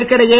இதற்கிடையே